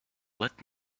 let